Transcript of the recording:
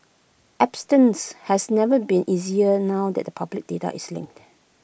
abstinence has never been easier now that public data is linked